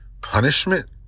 punishment